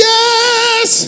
Yes